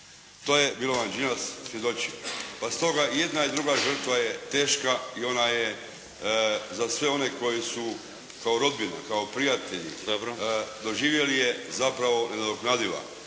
To je Milovan Đilas svjedočio, pa stoga i jedna i druga žrtva je teška i ona je za sve one koji su kao rodbina, kao prijatelji doživjeli je zapravo nenadoknadiva.